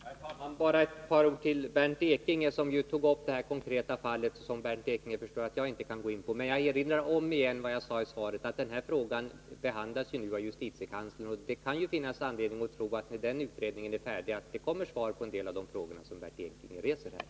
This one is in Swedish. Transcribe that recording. Herr talman! Låt mig säga bara ett par ord till Bernt Ekinge. Som Bernt Ekinge förstår kan jag inte gå in på det konkreta fallet, men jag erinrar återigen om det jag sade i svaret, nämligen att frågan nu behandlas av justitiekanslern. Det kan finnas anledning att tro att det när den utredningen är färdig kommer fram svar också på en del av de frågor som Bernt Ekinge nu har aktualiserat.